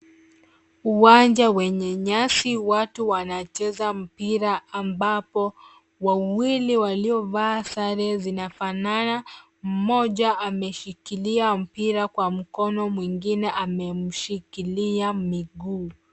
Uwanja wenye nyasi, watu wanacheza mpira ambapo wawili waliovaa sare zinafanana; mmoja amemshikilia mpira kwa mkono, mwingine amemshikilia miguu.